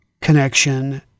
connection